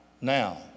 Now